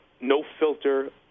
no-filter